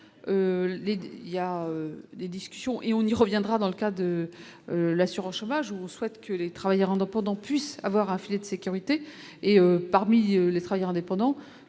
il y a des discussions et on y reviendra dans le cas de l'assurance chômage ou souhaite que les travailleurs indépendants puissent avoir un filet de sécurité, et parmi les travailleurs indépendants,